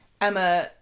emma